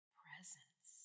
presence